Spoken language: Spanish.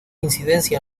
incidencia